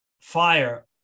fire